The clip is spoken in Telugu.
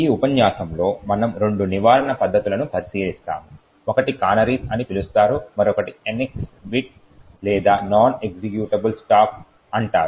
ఈ ఉపన్యాసంలో మనం రెండు నివారణ పద్ధతులను పరిశీలిస్తాము ఒకటి కానరీస్ అని పిలుస్తారు మరొకటి NX bit లేదా నాన్ ఎగ్జిక్యూటబుల్ స్టాక్ అంటారు